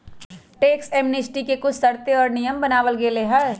tax amnesty के कुछ शर्तें और नियम बनावल गयले है